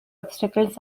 obstacles